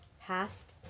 past